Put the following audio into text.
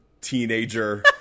teenager